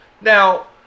Now